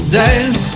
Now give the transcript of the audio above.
days